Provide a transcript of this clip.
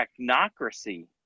technocracy